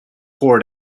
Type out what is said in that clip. poured